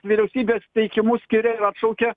vyriausybės teikimu skiria ir atšaukia